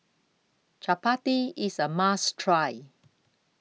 Chappati IS A must Try